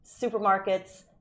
supermarkets